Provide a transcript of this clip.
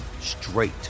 straight